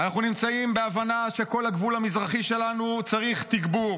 אנחנו נמצאים בהבנה שכל הגבול המזרחי שלנו צריך תגבור,